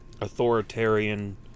authoritarian